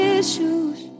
issues